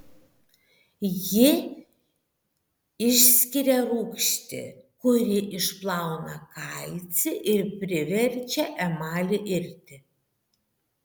ji išskiria rūgštį kuri išplauna kalcį ir priverčia emalį irti